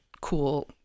cool